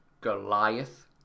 Goliath